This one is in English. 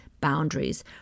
boundaries